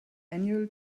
annual